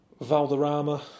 Valderrama